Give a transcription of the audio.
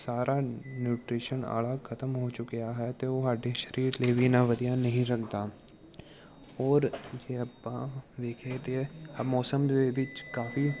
ਸਾਰਾ ਨਿਊਟ੍ਰੀਸ਼ਨ ਵਾਲਾ ਖਤਮ ਹੋ ਚੁੱਕਿਆ ਹੈ ਅਤੇ ਉਹ ਸਾਡੇ ਸਰੀਰ ਲਈ ਵੀ ਇੰਨਾ ਵਧੀਆ ਨਹੀਂ ਰੱਖਦਾ ਹੋਰ ਜੇ ਆਪਾਂ ਵੇਖੇ ਤਾਂ ਮੌਸਮ ਦੇ ਵਿੱਚ ਕਾਫੀ